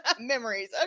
memories